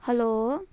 hello